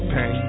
Pain